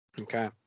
Okay